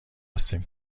هستیم